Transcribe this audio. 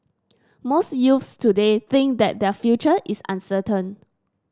most youths today think that their future is uncertain